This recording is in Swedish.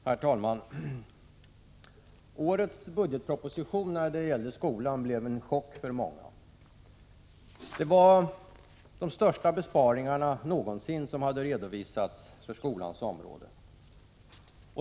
Herr talman! Årets budgetproposition blev när det gäller skolan en chock för många. Den innebar de största besparingar som någonsin har redovisats för skolans område.